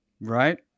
right